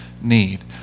need